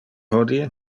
hodie